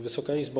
Wysoka Izbo!